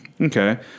Okay